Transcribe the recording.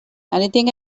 anything